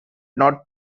not